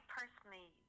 personally